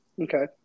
Okay